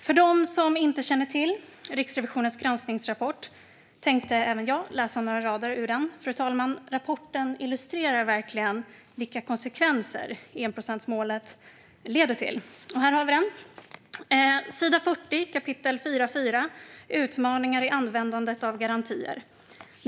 För dem som inte känner till Riksrevisionens granskningsrapport tänkte även jag läsa några rader ur den, fru talman. Rapporten illustrerar verkligen vilka konsekvenser enprocentsmålet leder till. Jag läser från sidan 40 och kapitel 4.4, Utmaningar i användningen av garantier.